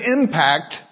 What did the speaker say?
impact